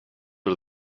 are